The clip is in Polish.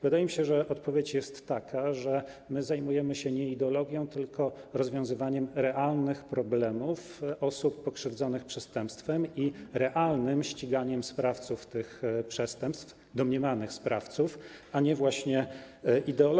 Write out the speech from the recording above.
Wydaje mi się, że odpowiedź jest taka, że my nie zajmujemy się ideologią, tylko rozwiązywaniem realnych problemów osób pokrzywdzonych przestępstwem i realnym ściganiem sprawców tych przestępstw, domniemanych sprawców - nie ideologią.